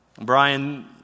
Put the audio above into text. Brian